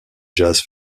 jazz